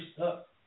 up